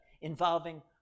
involving